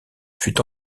fut